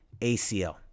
ACL